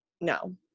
no